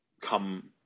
come